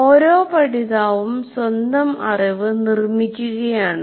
ഓരോ പഠിതാവും സ്വന്തം അറിവ് നിർമ്മിക്കുകയാണ്